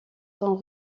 sont